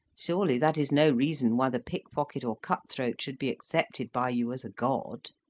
surely that is no reason why the pick-pocket or cut-throat should be accepted by you as a god.